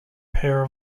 pair